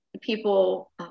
people